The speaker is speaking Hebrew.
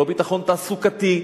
לא ביטחון תעסוקתי,